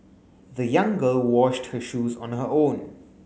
the young girl washed her shoes on her own